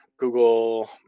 Google